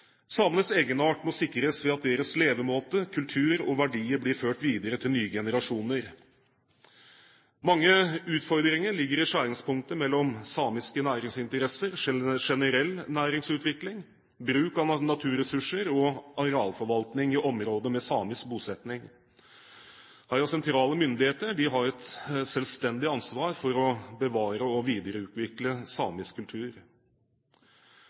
Samenes egenart må sikres ved at deres levemåte, kultur og verdier blir ført videre til nye generasjoner. Mange utfordringer ligger i skjæringspunktet mellom samiske næringsinteresser, generell næringsutvikling, bruk av naturressurser og arealforvaltning i områder med samisk bosetting. Her har sentrale myndigheter et selvstendig ansvar for å bevare og videreutvikle samisk kultur.